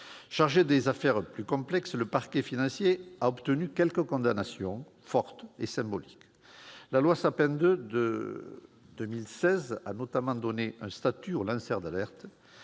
Chargé des affaires les plus complexes, le Parquet national financier a obtenu quelques condamnations fortes et symboliques. La loi Sapin II de 2016 a notamment accordé un statut aux lanceurs d'alerte,